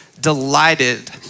delighted